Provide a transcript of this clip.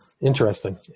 Interesting